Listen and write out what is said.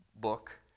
book